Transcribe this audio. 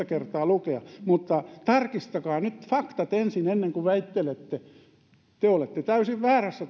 kertaa lukea mutta tarkistakaa nyt faktat ensin ennen kuin väittelette te olette täysin väärässä